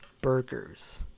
burgers